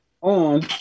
On